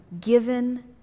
given